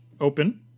open